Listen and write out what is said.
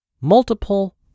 multiple